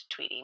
tweeting